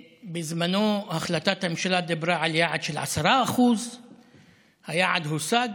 בזמנו החלטת הממשלה דיברה על יעד של 10%. היעד הושג,